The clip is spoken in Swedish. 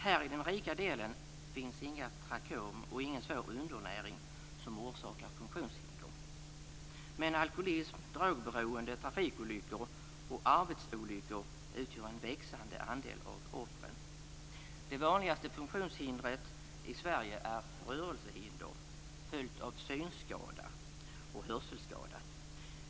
Här i den rika delen finns inga trakom och ingen svår undernäring som orsakar funktionshinder. Men alkoholism, drogberoende, trafikolyckor och arbetsolyckor står för en växande andel av offren. Det vanligaste funktionshindret i Sverige är rörelsehinder följt av synskada och hörselskada.